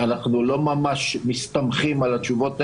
ולכן אנחנו לא ממש מסתמכים על התשובות האלה,